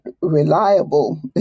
reliable